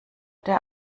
der